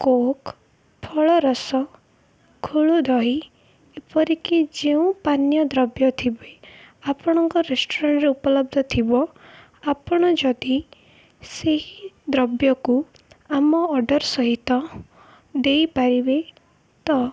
coke ଫଳରସ ଘୋଳ ଦହି ଏପରିକି ଯେଉଁ ପାନୀୟ ଦ୍ରବ୍ୟ ଥିବେ ଆପଣଙ୍କ ରେଷ୍ଟୁରାଣ୍ଟ୍ରେ ଉପଲବ୍ଧ ଥିବ ଆପଣ ଯଦି ସେହି ଦ୍ରବ୍ୟକୁ ଆମ ଅର୍ଡ଼ର୍ ସହିତ ଦେଇପାରିବେ ତ